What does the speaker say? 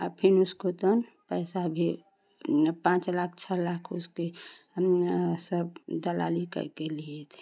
और फिर उसको तब पैसा भी पाँच लाख छह लाख उसके सब दलाली करके लिए थे